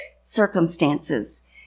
circumstances